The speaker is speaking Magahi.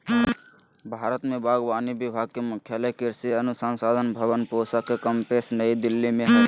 भारत में बागवानी विभाग के मुख्यालय कृषि अनुसंधान भवन पूसा केम्पस नई दिल्ली में हइ